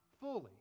fully